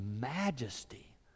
majesty